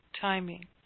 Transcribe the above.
timing